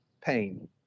pain